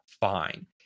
fine